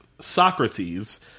Socrates